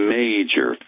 major